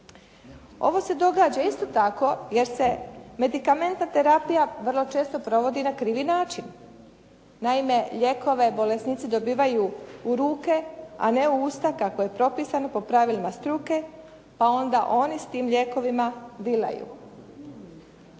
Ovo se događa isto tako jer se medikamentna terapija vrlo često provodi na krivi način. Naime lijekove bolesnici dobivaju u ruke, a ne u usta kako je propisano po pravilima struke, pa onda oni s tim lijekovima dilaju.